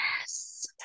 Yes